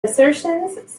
assertions